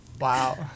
Wow